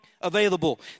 available